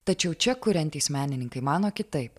tačiau čia kuriantys menininkai mano kitaip